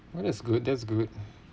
well it's good that's good